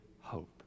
hope